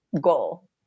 goal